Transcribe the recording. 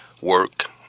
work